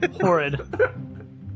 Horrid